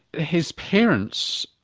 his parents,